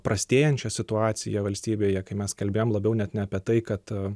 prastėjančią situaciją valstybėje kai mes kalbėjom labiau net ne apie tai kad